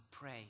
pray